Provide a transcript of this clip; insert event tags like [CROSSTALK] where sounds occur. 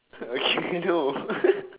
uh okay no [LAUGHS]